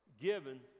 given